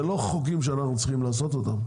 זה לא חוקים שאנחנו צריכים לעשות אותם,